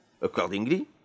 Accordingly